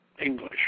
English